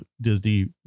Disney